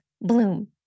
bloom